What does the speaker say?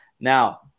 Now